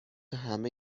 همه